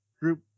group